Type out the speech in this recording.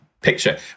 picture